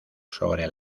sobre